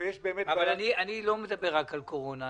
ויש באמת בעיה --- אבל אני לא מדבר רק על קורונה.